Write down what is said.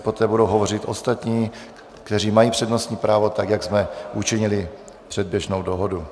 Poté budou hovořit ostatní, kteří mají přednostní právo, tak jak jsme učinili předběžnou dohodu.